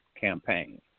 campaign